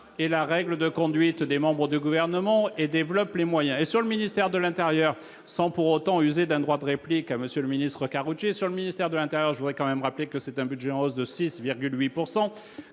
est la règle de conduite des membres du gouvernement et développe les moyens et sur le ministère de l'Intérieur, sans pour autant user d'un droit de réplique à monsieur le ministre, Karoutchi sur le ministère de l'Intérieur, je voudrais quand même rappeler que c'est un budget en hausse de 6,8